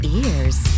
ears